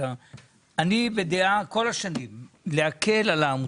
שכל השנים אני בדעה שצריך להקל על העמותות.